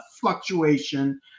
fluctuation